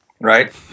Right